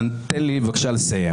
תן לי בבקשה לסיים.